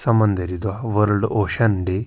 سَمندٔری دۄہ world ocean day